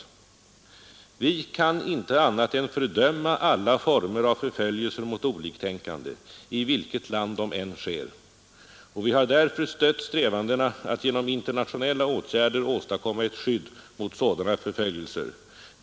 Nr 134 ”Vi kan inte annat än fördöma alla former av förföljelser mot oliktänkande i vilket land det än sker, och vi har därför stött strävandena att genom internationella åtgärder åstadkomma ett skydd mot sådana förföljelser.